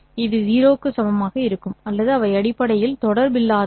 இது 0 க்கு சமமாக இருக்கும் அல்லது அவை அடிப்படையில் தொடர்பில்லாதவை